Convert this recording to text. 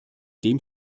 dem